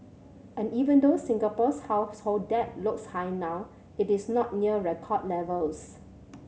and even though Singapore's household debt looks high now it is not near record levels